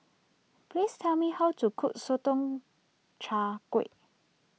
please tell me how to cook Sotong Char Kway